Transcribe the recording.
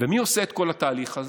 ומי עושה את כל התהליך הזה?